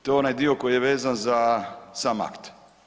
To je onaj dio koji je vezan za sam akt.